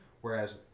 whereas